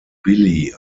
billy